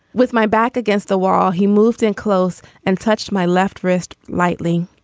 with my back against the wall he moved in close and touched my left wrist lightly.